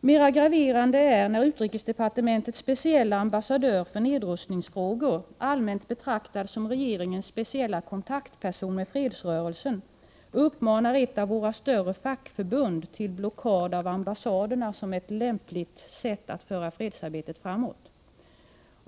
Mera graverande är när utrikesdepartementets speciella ambassadör för nedrustningsfrågor, allmänt betraktad som regeringens speciella kontaktperson för fredsrörelsen, uppmanar ett av våra större fackförbund till blockad av ambassaderna som ett lämpligt sätt att föra fredsarbetet framåt.